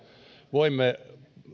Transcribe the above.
voimme